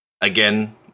Again